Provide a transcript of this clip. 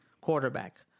quarterback